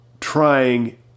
trying